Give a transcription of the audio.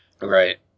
Right